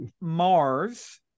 Mars